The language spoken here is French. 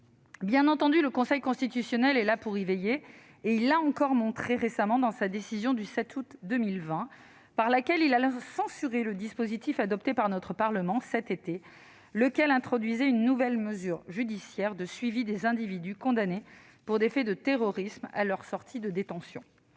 Bien entendu, le Conseil constitutionnel est là pour y veiller ; il l'a encore montré récemment dans sa décision du 7 août 2020 par laquelle il a censuré le dispositif adopté par notre Parlement cet été, lequel introduisait une nouvelle mesure judiciaire de suivi, à leur sortie de détention, des individus condamnés pour des faits de terrorisme. Aussi, certaines